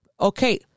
Okay